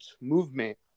movement